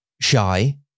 shy